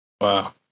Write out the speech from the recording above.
Wow